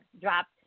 dropped